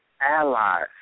Allies